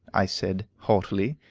i said, haughtily,